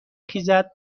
خیزد